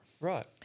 Right